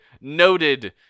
noted